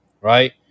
Right